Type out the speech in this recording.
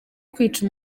kwica